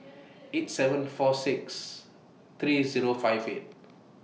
eight seven four six three Zero five eight